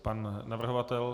Pan navrhovatel?